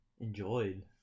enjoyed